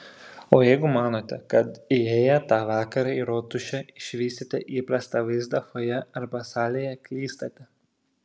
o jeigu manote kad įėję tą vakarą į rotušę išvysite įprastą vaizdą fojė arba salėje klystate